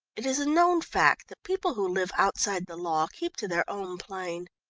it is a known fact that people who live outside the law keep to their own plane.